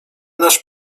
nasz